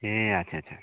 ए अच्छा अच्छा